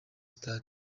stade